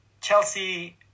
Chelsea